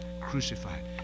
crucified